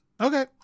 Okay